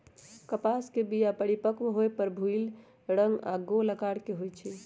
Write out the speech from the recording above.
कपास के बीया परिपक्व होय पर भूइल रंग आऽ गोल अकार के होइ छइ